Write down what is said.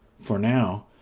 for now,